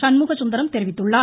சண்முகசுந்தரம் தெரிவித்துள்ளார்